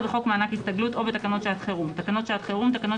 בחוק מענק הסתגלות או בתקנות שעת חירום; "תקנות שעת חירום" תקנות